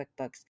QuickBooks